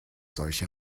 solche